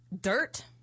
Dirt